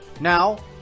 Now